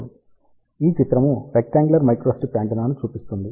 ఈ చిత్రము rectangular microstrip యాంటెన్నాను చూపిస్తుంది